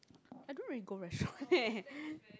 I don't really go restaurant eh